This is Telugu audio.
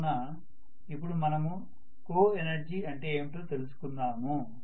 కావున ఇపుడు మనము కోఎనర్జీ అంటే ఏమిటో తెల్సుకుందాము